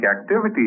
activity